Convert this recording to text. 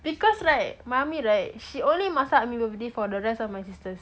because like mummy right she only masak bila birthday for the rest of my sisters